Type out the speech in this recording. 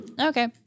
Okay